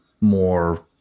More